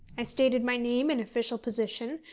i stated my name and official position,